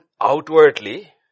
outwardly